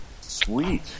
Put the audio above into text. Sweet